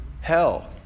hell